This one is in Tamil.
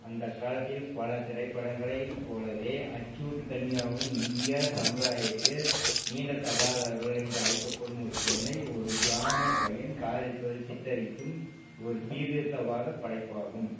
அந்த காலத்தின் பல திரைப்படங்களைப் போலவே அச்சூட் கன்யாவும் இந்திய சமுதாயத்தில் தீண்டத்தகாதவர்கள் என்று அழைக்கப்படும் ஒரு பெண்ணை ஒரு பிராமண பையன் காதலிப்பதை சித்தரிக்கும் ஒரு சீர்திருத்தவாத படைப்பாகும்